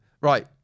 Right